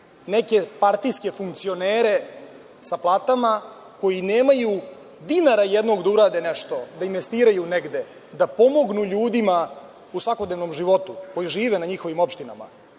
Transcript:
neke partijske funkcionere sa platama koji nemaju dinara jednog da urade nešto, da investiraju negde, da pomognu ljudima u svakodnevnom životu koji žive na njihovim opštinama,